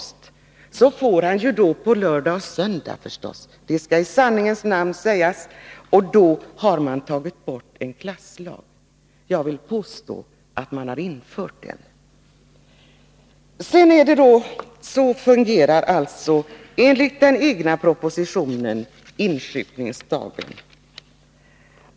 Sedan får han förstås sjuklön på lördag och söndag, det skall i sanningens namn sägas. Och så säger man att man har tagit bort en klasslag! Jag vill påstå att man har infört en. Så fungerar alltså propositionens förslag om insjuknandedagen.